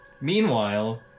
Meanwhile